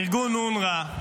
ארגון אונר"א,